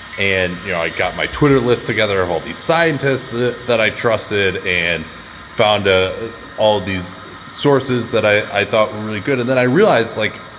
and, you know, i got my twitter list together of all these scientists ah that i trusted and found, ah all these sources that i thought were really good. and then i realized, like,